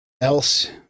Else